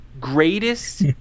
greatest